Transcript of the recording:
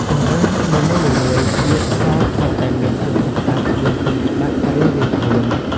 ជម្រើសនីមួយៗទៀតសោតសុទ្ធតែមានគុណសម្បត្តិ និងគុណវិបត្តិរៀងៗខ្លួន។